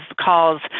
calls